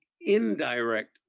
indirect